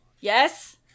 Yes